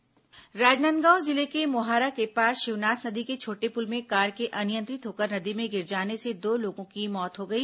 दुर्घटना राजनांदगांव जिले के मोहारा के पास शिवनाथ नदी के छोटे पुल में कार के अनियंत्रित होकर नदी में गिर जाने से दो लोगों की मौत हो गई